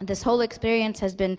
this whole experience has been